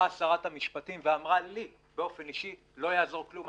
באה שרת המשפטים ואמרה לי באופן אישי: לא יעזור כלום,